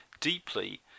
deeply